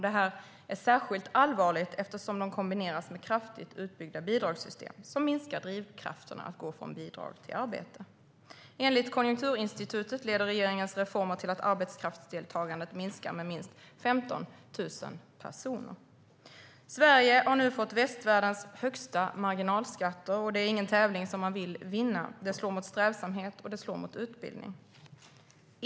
Detta är särskilt allvarligt eftersom de kombineras med kraftigt utbyggda bidragssystem som minskar drivkrafterna att gå från bidrag till arbete. Enligt Konjunkturinstitutet leder regeringens reformer till att arbetskraftsdeltagandet minskar med minst 15 000 personer. Sverige har nu fått västvärldens högsta marginalskatter. Det är ingen tävling man vill vinna. Det slår mot strävsamhet och utbildning.